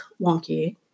wonky